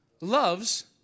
loves